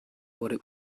wurde